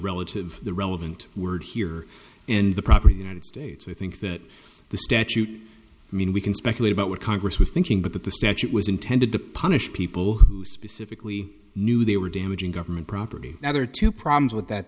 relative the relevant word here in the proper united states i think that the statute mean we can speculate about what congress was thinking but that the statute was intended to punish people who specifically knew they were damaging government property now there are two problems with that